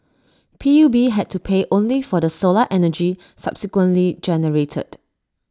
P U B had to pay only for the solar energy subsequently generated